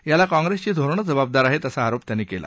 याला काँग्रेसची धोरणं जबाबदार आहेत असा आरोप त्यांनी केला